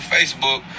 Facebook